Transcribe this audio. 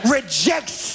rejects